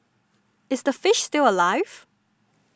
is the fish still alive